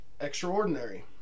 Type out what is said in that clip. extraordinary